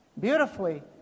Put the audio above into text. beautifully